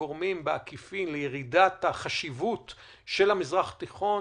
שגורמים בעקיפין לירידת החשיבות של המזרח התיכון,